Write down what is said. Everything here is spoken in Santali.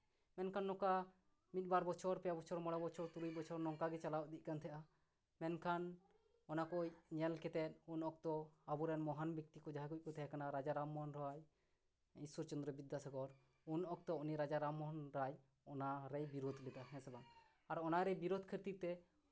ᱢᱮᱱᱠᱷᱟᱱ ᱱᱚᱝᱠᱟ ᱢᱤᱫ ᱵᱟᱨ ᱵᱚᱪᱷᱚᱨ ᱯᱮ ᱵᱚᱪᱷᱚᱨ ᱢᱚᱬᱮ ᱵᱚᱪᱷᱚᱨ ᱛᱩᱨᱩᱭ ᱵᱚᱪᱷᱚᱨ ᱱᱚᱝᱠᱟ ᱜᱮ ᱪᱟᱞᱟᱣ ᱤᱫᱤ ᱛᱟᱦᱮᱸᱜᱼᱟ ᱢᱮᱱᱠᱷᱟᱱ ᱚᱱᱟ ᱠᱚᱡ ᱧᱮᱞ ᱠᱟᱛᱮᱫ ᱩᱱ ᱚᱠᱛᱚ ᱟᱵᱚᱨᱮᱱ ᱢᱚᱦᱟᱱ ᱵᱮᱠᱛᱤ ᱡᱟᱦᱟᱸ ᱠᱚᱡ ᱠᱚ ᱛᱟᱦᱮᱸ ᱠᱟᱱᱟ ᱨᱟᱡᱟ ᱨᱟᱢᱢᱳᱦᱚᱱ ᱨᱟᱭ ᱤᱥᱥᱚᱨ ᱪᱚᱸᱫᱽᱨᱚ ᱵᱤᱫᱽᱫᱟᱥᱟᱜᱚᱨ ᱩᱱ ᱚᱠᱛᱚ ᱩᱱᱤ ᱨᱟᱡᱟ ᱨᱟᱢᱢᱳᱦᱚᱱ ᱨᱟᱭ ᱚᱱᱟ ᱨᱮᱭ ᱵᱤᱨᱳᱫ ᱞᱮᱫᱟ ᱦᱮᱸ ᱥᱮ ᱵᱟᱝ ᱟᱨ ᱚᱱᱟᱨᱮ ᱵᱤᱨᱳᱫ ᱠᱷᱟᱹᱛᱤᱨ ᱛᱮ